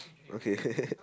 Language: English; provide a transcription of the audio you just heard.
okay ppl